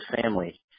family